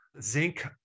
zinc